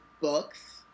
books